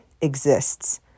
exists